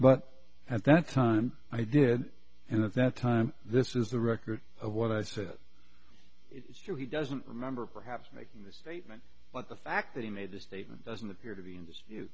but at that time i did and at that time this is the record of what i said sure he doesn't remember perhaps making this statement but the fact that he made the statement doesn't appear to be in